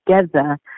together